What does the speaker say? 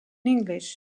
english